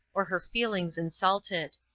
or her feelings insulted.